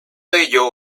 ello